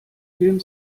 film